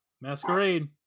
Masquerade